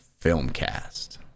Filmcast